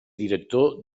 director